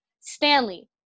Stanley